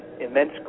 immense